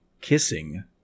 Kissing